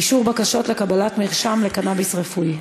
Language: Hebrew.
אישור בקשות לקבלת מרשם לקנאביס רפואי.